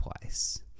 twice